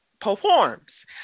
Performs